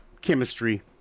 chemistry